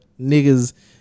Niggas